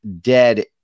Dead